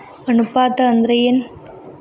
ಅನುಪಾತ ಅಂದ್ರ ಏನ್?